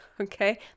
okay